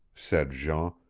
said jean,